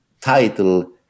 title